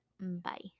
bye